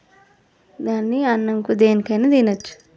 దాన్ని అన్నానికి దేనికైనా తినవచ్చు